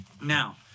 Now